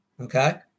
Okay